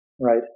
right